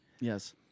Yes